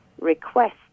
request